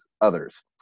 others